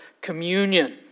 communion